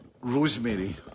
rosemary